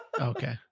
Okay